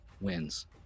wins